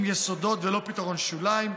עם יסודות, ולא פתרון שוליים.